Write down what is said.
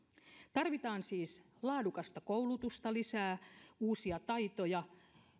tarvitaan siis laadukasta koulutusta lisää uusia taitoja